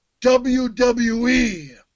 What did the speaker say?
wwe